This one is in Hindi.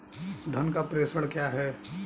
धन का प्रेषण क्या है?